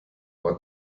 war